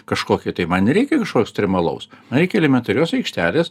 kažkokį tai man nereikia kažko ekstremalaus man reikia elementarios aikštelės